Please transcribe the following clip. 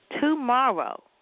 Tomorrow